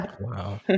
Wow